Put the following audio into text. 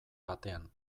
batean